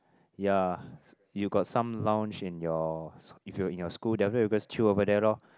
ya you got some lounge in your if you in your school then after that just chill over there lor